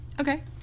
Okay